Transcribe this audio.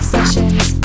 Sessions